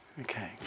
Okay